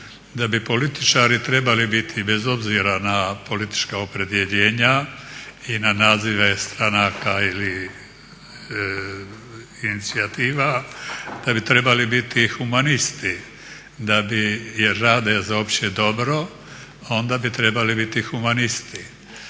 da bi političari trebali biti bez obzira na politička opredjeljenja i na nazive stranaka ili inicijativa da bi trebali biti humanisti jer rade za opće dobro i onda bi trebali biti humanisti.